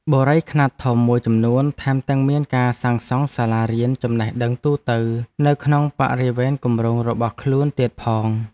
បុរីខ្នាតធំមួយចំនួនថែមទាំងមានការសាងសង់សាលារៀនចំណេះដឹងទូទៅនៅក្នុងបរិវេណគម្រោងរបស់ខ្លួនទៀតផង។